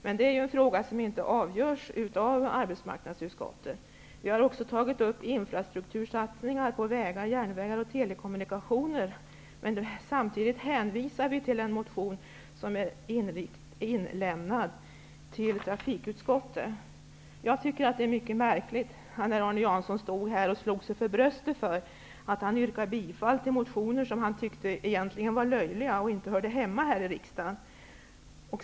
Men det är en fråga som inte avgörs av arbetsmarknadsutskottet. Vi har också tagit upp infrastruktursatsningar på vägar, järnvägar och telekommunikationer. Men samtidigt hänvisar vi till en motion som har överlämnats till trafikutskottet. Jag tycker att det är mycket märkligt att Arne Jansson står här och slår sig för bröstet därför att han yrkar bifall till motioner som han egentligen tycker är löjliga och inte hör hemma här i riksdagen.